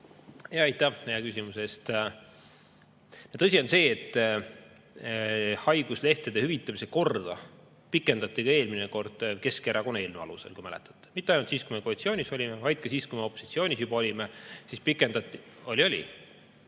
Aitäh hea küsimuse eest! Tõsi on see, et haiguslehtede hüvitamise korda pikendati ka eelmine kord Keskerakonna eelnõu alusel, kui mäletate, mitte ainult siis, kui me koalitsioonis olime, vaid ka siis, kui me juba opositsioonis olime, siis pikendati … Oli, oli.